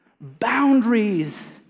Boundaries